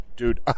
Dude